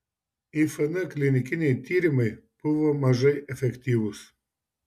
ifn klinikiniai tyrimai buvo mažai efektyvūs